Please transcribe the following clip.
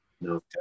No